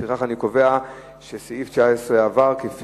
לפיכך אני קובע שההסתייגות לסעיף 19 לא עברה.